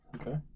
Okay